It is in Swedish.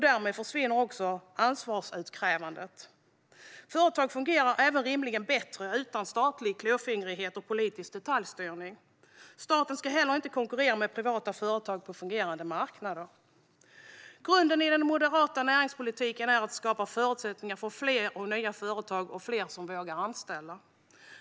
Därmed försvinner också ansvarsutkrävandet. Företag fungerar rimligen bättre utan statlig klåfingrighet och politisk detaljstyrning. Staten ska inte heller konkurrera med privata företag på fungerande marknader. Grunden i den moderata näringspolitiken är att skapa förutsättningar för fler nya företag och fler som vågar anställa.